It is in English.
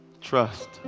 Trust